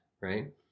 right